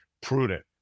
prudent